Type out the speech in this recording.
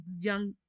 young